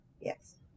Yes